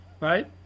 Right